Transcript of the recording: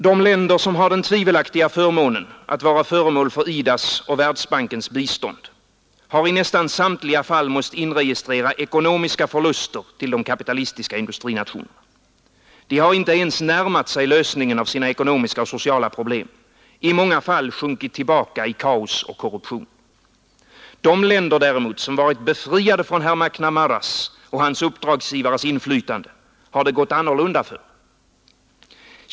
De länder som har den tvivelaktiga förmånen att vara föremål för IDA:s och Världsbankens bistånd har i nästan samtliga fall måst inregistrera ekonomiska förluster till de kapitalistiska industrinationerna. De har inte ens närmat sig lösningen av sina ekonomiska och sociala problem, i många fall har de sjunkit tillbaka i kaos och korruption. De länder däremot som varit befriade från herr McNamaras och hans uppdragsgivares inflytande har det gått annorlunda för.